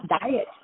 diet